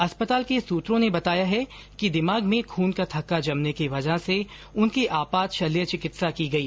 अस्पताल के सुत्रों ने बताया है कि दिमाग में खून का थक्का जमने की वजह से उनकी आपात शल्य चिकित्सा की गई